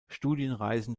studienreisen